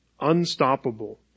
unstoppable